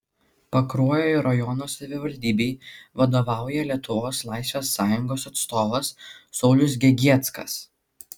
pakruojo rajono savivaldybei vadovauja lietuvos laisvės sąjungos atstovas saulius gegieckas